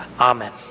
Amen